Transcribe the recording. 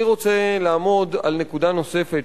אני רוצה לעמוד על נקודה נוספת,